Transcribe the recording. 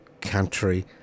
country